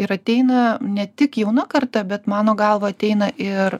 ir ateina ne tik jauna karta bet mano galva ateina ir